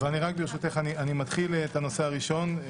ברשותך, אני מתחיל את הנושא הראשון.